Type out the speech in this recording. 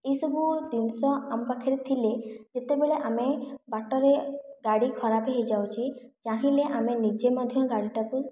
ଏଇସବୁ ଜିନିଷ ଆମ ପାଖରେ ଥିଲେ ଯେତେବେଳେ ଆମେ ବାଟରେ ଗାଡ଼ି ଖରାପ ହୋଇଯାଉଛି ଚାହିଁଲେ ଆମେ ନିଜେ ମଧ୍ୟ ଗାଡ଼ିଟାକୁ